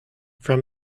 from